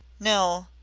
no,